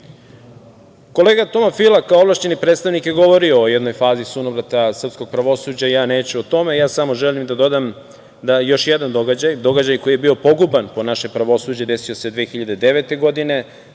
Srbije. Kolega Toma Fila, kao ovlašćeni predstavnik je govorio o jednoj fazi sunovrata srpskog pravosuđa, ja neću o tome, samo želim da dodam još jedan događaj, događaj, koji je bio poguban po naše pravosuđe, desio se 2009. godine,